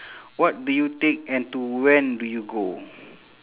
what do you take and to when do you go